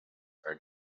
are